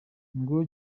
ngo